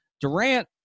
Durant